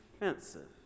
offensive